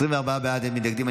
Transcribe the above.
24 בעד, אין מתנגדים.